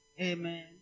Amen